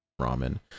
ramen